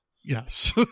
Yes